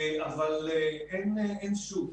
אבל אין שוק.